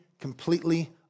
completely